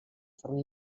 forma